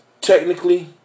technically